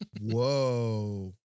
whoa